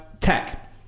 Tech